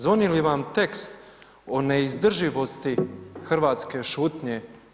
Zvoni li vam tekst o neizdrživosti Hrvatske šutnje?